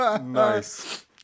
Nice